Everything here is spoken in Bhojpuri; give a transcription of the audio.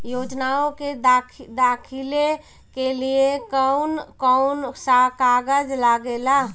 योजनाओ के दाखिले के लिए कौउन कौउन सा कागज लगेला?